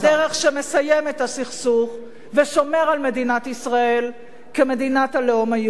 שמסיים את הסכסוך ושומר על מדינת ישראל כמדינת הלאום היהודי.